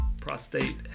Prostate